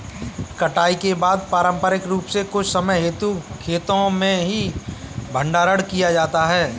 कटाई के बाद पारंपरिक रूप से कुछ समय हेतु खेतो में ही भंडारण किया जाता था